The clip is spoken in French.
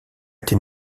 été